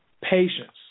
Patience